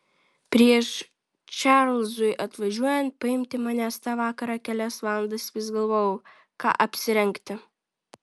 prieš čarlzui atvažiuojant paimti manęs tą vakarą kelias valandas vis galvojau ką apsirengti